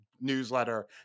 newsletter